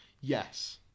Yes